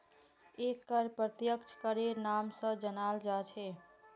एक कर अप्रत्यक्ष करेर नाम स जानाल जा छेक